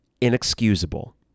inexcusable